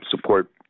support